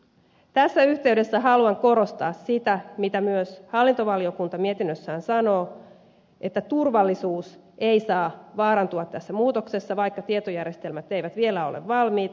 tässä yhteydessä haluan korostaa sitä mitä myös hallintovaliokunta mietinnössään sanoo että turvallisuus ei saa vaarantua tässä muutoksessa vaikka tietojärjestelmät eivät vielä ole valmiita